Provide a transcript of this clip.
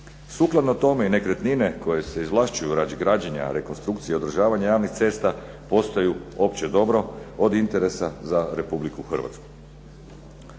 Sukladno tome i nekretnine koje se izvlašćuju radi građenja, rekonstrukcije i održavanje javnih cesta postaju opće dobro od interesa za RH.